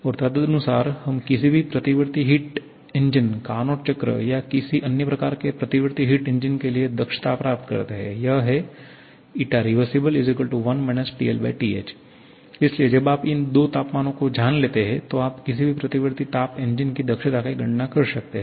और तदनुसार हम किसी भी प्रतिवर्ती हिट इंजन कार्नोट चक्र या किसी अन्य प्रकार के प्रतिवर्ती हिट इंजन के लिए दक्षता प्राप्त करते हैं यह है rev1 TLTH इसलिए जब आप इन दो तापमानों को जान लेते हैं तो आप किसी भी प्रतिवर्ती ताप इंजन की दक्षता की गणना कर सकते हैं